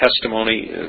Testimony